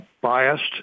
biased